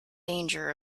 danger